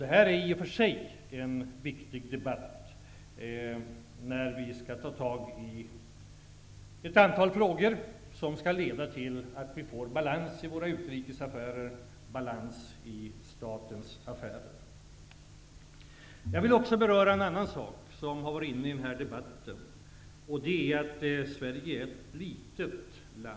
Det här är i och för sig ett viktigt debattämne när vi skall ta tag i ett antal frågor som skall leda till att vi får balans i våra utrikesaffärer och i statens affärer. I den här debatten har man också tagit upp att Sverige är ett litet land.